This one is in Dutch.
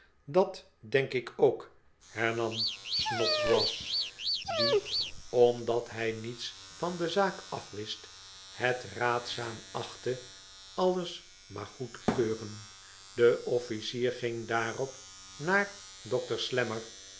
dat denk ik ook hemam snodgrass die omdat hij niets van de zaak af wist het raadzaam aehtte alles maar goed te keuren de officier ging daarop naar dokter slammer